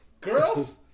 girls